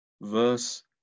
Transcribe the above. Verse